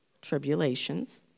tribulations